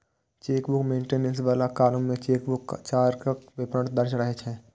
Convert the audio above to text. chequebook maintenance बला column मे chequebook चार्जक विवरण दर्ज रहै छै